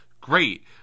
great